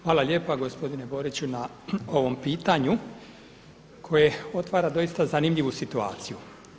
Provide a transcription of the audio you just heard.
Hvala lijepa gospodine Boriću na ovom pitanju koje otvara doista zanimljivu situaciju.